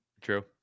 True